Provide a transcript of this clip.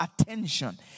attention